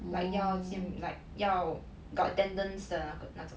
like 签 like 要 got attendance 的那种